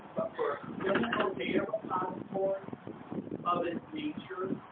but for a clinical data repository of its nature,